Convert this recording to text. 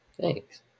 Thanks